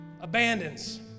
abandons